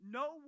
no